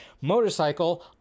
motorcycle